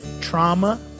trauma